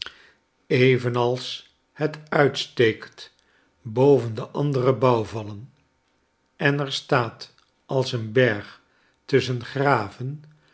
evenals het uitsteekt boven de andere bouwvallen en er staat als een berg tusschen graven